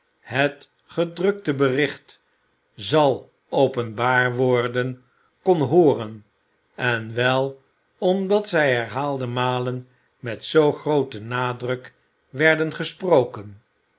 het gedrukte bericht zal openbaar worden kon hooren en wel omdat zij herhaalde malen met zoo grooten nadruk werden gesproken